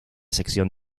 sección